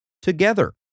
together